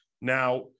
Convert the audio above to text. Now